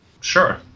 Sure